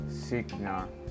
Signal